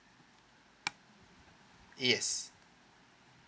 yes